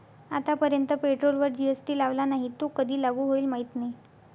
आतापर्यंत पेट्रोलवर जी.एस.टी लावला नाही, तो कधी लागू होईल माहीत नाही